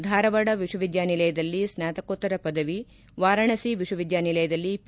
ಧಾರವಾಡ ವಿಶ್ವವಿದ್ಯಾನಿಲಯದಲ್ಲಿ ಸ್ನಾತಕೋತ್ತರ ಪದವಿ ವಾರಣಾಸಿ ವಿಶ್ವವಿದ್ಯಾನಿಲಯದಲ್ಲಿ ಪಿ